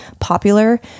popular